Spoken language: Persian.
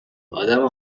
آدم